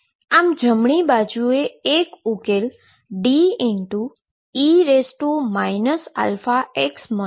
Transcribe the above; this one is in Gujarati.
આમ જમણી બાજુએ એક ઉકેલ D e αx મળે છે